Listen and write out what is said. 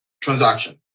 transaction